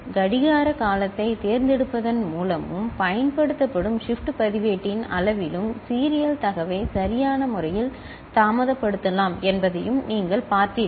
கடிகார காலத்தைத் தேர்ந்தெடுப்பதன் மூலமும் பயன்படுத்தப்படும் ஷிப்ட் பதிவேட்டின் அளவிலும் சீரியல் தரவை சரியான முறையில் தாமதப்படுத்தலாம் என்பதையும் நீங்கள் பார்த்தீர்கள்